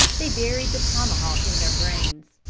they buried the tomahawk in their brains.